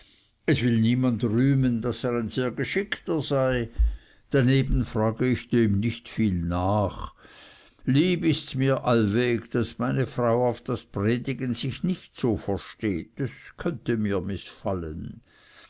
es will niemand rühmen daß er ein sehr geschickter sei daneben frage ich dem nicht viel nach lieb ists mir allweg daß meine frau auf das predigen sich nicht so versteht es könnte mir mißfallen